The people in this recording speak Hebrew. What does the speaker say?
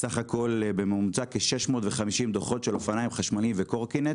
סך הכול בממוצע כ-650 דוחות של אופניים חשמליים וקורקינט